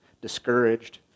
discouraged